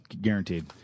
Guaranteed